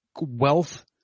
wealth